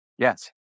Yes